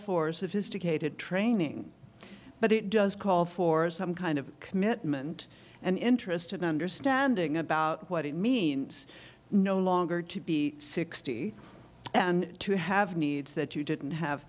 for sophisticated training but it does call for some kind of commitment and interest in understanding about what it means no longer to be sixty and to have needs that you didn't have